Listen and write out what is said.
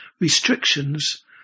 restrictions